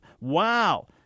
Wow